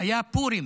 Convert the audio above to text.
היה פורים,